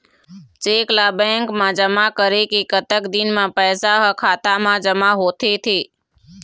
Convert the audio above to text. Cheque ला bank मा जमा करे के कतक दिन मा पैसा हा खाता मा जमा होथे थे?